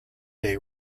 day